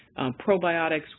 probiotics